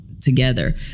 together